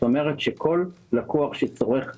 כלומר, כל לקוח שצורך מדללים,